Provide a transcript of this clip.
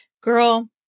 girl